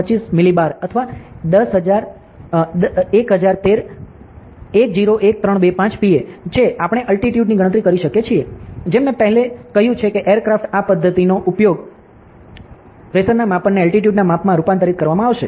25 millibar અથવા 101325 Pa છે આપણે અલ્ટિટ્યુડ ની ગણતરી કરી શકીએ જેમ મેં પહેલેથી જ કહ્યું છે કે એરક્રાફ્ટ આ પદ્ધતિનો ઉપયોગ પ્રેશરના માપને અલ્ટિટ્યુડ ના માપમાં રૂપાંતરિત કરવામાં કરશે